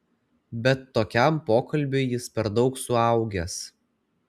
bet tokiam pokalbiui jis per daug suaugęs